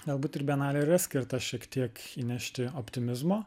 galbūt ir benalė yra skirta šiek tiek įnešti optimizmo